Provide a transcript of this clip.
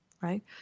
right